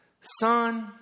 Son